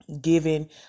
Giving